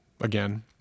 again